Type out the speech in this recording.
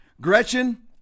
Gretchen